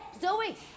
Zoe